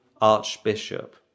Archbishop